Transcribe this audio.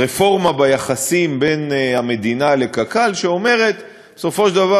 רפורמה ביחסים בין המדינה לקק"ל שאומרת שבסופו של דבר